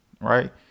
right